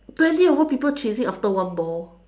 twenty over people chasing after one ball